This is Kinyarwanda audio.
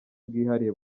bwihariye